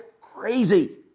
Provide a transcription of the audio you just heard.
crazy